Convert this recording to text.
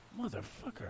Motherfucker